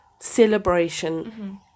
celebration